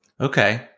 Okay